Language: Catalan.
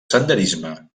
senderisme